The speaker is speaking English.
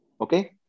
Okay